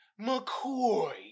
McCoy